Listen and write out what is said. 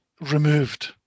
removed